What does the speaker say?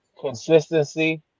consistency